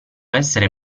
essere